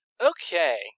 Okay